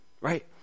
right